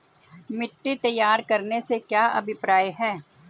मिट्टी तैयार करने से क्या अभिप्राय है?